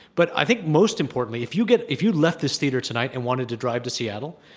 but i think most importantly if you get if you left this theater tonight and wanted to drive to seattle,